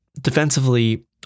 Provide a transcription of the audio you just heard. defensively